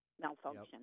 malfunction